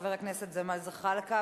חבר הכנסת ג'מאל זחאלקה,